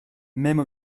même